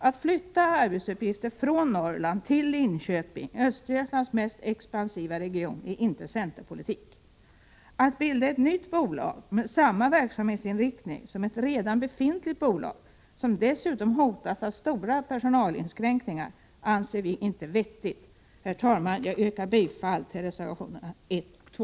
Att flytta arbetsuppgifter från Norrland till Linköping — Östergötlands mest expansiva region — är inte centerpolitik. Att bilda ett nytt bolag med samma verksamhetsinriktning som ett redan befintligt bolag, vilket dessutom hotas av stora personalinskränkningar, anser vi inte vara vettigt. Herr talman! Jag yrkar bifall till reservationerna 1 och 2.